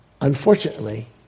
unfortunately